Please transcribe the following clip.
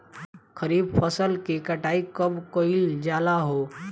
खरिफ फासल के कटाई कब कइल जाला हो?